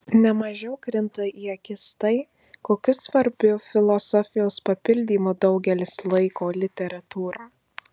ne mažiau krinta į akis tai kokiu svarbiu filosofijos papildymu daugelis laiko literatūrą